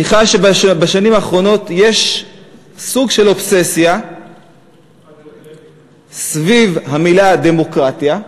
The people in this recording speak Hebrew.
אני חש שבשנים האחרונות יש סוג של אובססיה סביב המילה דמוקרטיה.